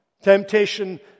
Temptation